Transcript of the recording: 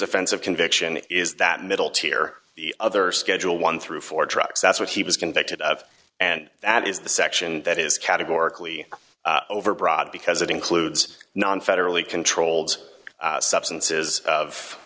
offensive conviction is that middle tier other schedule one through four drugs that's what he was convicted of and that is the section that is categorically overbroad because it includes non federally controlled substances of